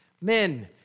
Men